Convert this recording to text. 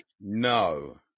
no